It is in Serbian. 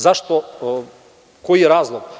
Zašto, koji je razlog?